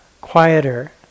quieter